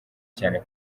cyane